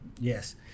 Yes